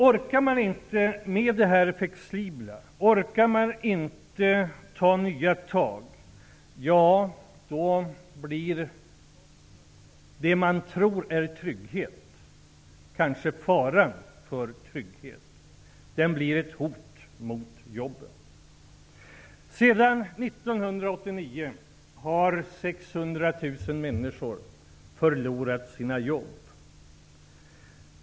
Orkar man inte med det flexibla och ta nya tag blir det man tror är trygghet kanske en fara för trygghet. Det blir ett hot mot jobben. Sedan 1989 har 600 000 människor förlorat sina jobb.